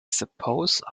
suppose